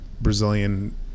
Brazilian